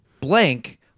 Blank